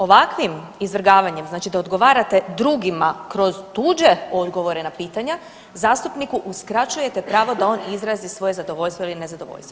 Ovakvim izvrgavanjem znači da odgovarate drugima kroz tuđe odgovore na pitanja zastupniku uskraćujete pravo da on izrazi svoje zadovoljstvo ili nezadovoljstvo.